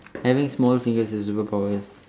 having small finger is superpower